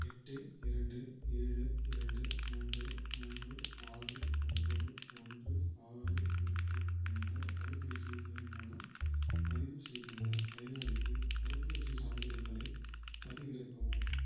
எட்டு இரண்டு ஏழு இரண்டு மூன்று மூன்று ஆறு ஒன்பது ஒன்று ஆறு எட்டு என்ற தொலைபேசி எண் மூலம் பதிவு செய்துள்ள பயனாளிக்கு தடுப்பூசி சான்றிதழ்களைப் பதிவிறக்கவும்